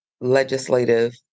legislative